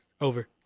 Over